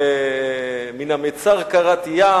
"מן המצר קראתי יה,